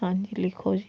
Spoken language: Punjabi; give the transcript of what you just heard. ਹਾਂਜੀ ਲਿਖੋ ਜੀ